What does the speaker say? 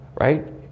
right